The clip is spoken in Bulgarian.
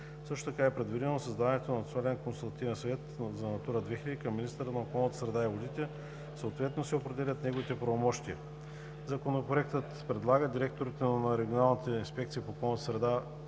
Също така е предвидено създаването на Национален консултативен съвет за „Натура 2000“ към министъра на околната среда и водите, съответно се определят неговите правомощия. Законопроектът предлага директорите на регионалните инспекции по околната среда